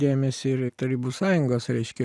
dėmesį ir tarybų sąjungos reiškia